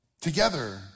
together